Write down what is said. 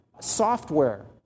software